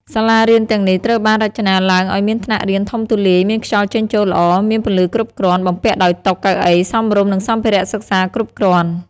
សាលារៀនទាំងនេះត្រូវបានរចនាឡើងឱ្យមានថ្នាក់រៀនធំទូលាយ មានខ្យល់ចេញចូលល្អ មានពន្លឺគ្រប់គ្រាន់ បំពាក់ដោយតុ កៅអី សមរម្យ និងសម្ភារៈសិក្សាគ្រប់គ្រាន់។